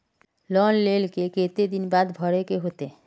Loan लेल के केते दिन बाद भरे के होते?